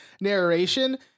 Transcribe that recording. narration